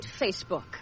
Facebook